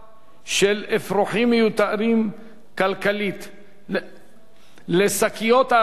של אפרוחים מיותרים כלכלית לשקיות האשפה,